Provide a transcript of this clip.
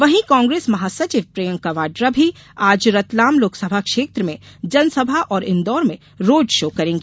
वहीं कांग्रेस महासचिव प्रियंका वाड्रा भी आज रतलाम लोकसभा क्षेत्र में जनसभा और इन्दौर में रोड शो करेंगी